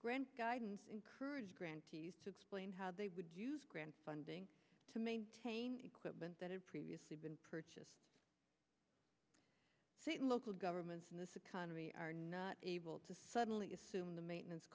grant guidance encourage grantees to explain how they would use grant funding to maintain equipment that had previously been purchased certain local governments in this economy are not able to suddenly assume the maintenance